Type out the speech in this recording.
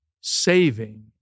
saving